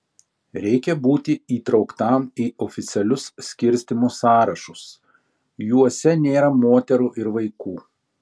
reikia būti įtrauktam į oficialius skirstymo sąrašus juose nėra moterų ir vaikų